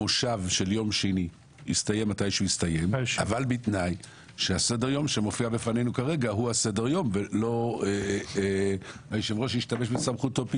הסתיים אבל בתנאי שהסדר יום הוא הסדר יום ולא היו"ר השתמש בסמכותו,